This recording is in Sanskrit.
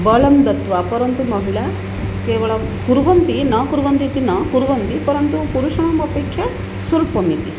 बलं दत्वा परन्तु महिलाः केवलं कुर्वन्ति न कुर्वन्ति इति न कुर्वन्ति परन्तु पुरुषाणाम् अपेक्षया स्वल्पमिति